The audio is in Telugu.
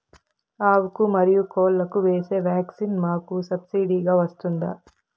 ఆవులకు, మరియు కోళ్లకు వేసే వ్యాక్సిన్ మాకు సబ్సిడి గా వస్తుందా?